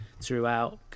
throughout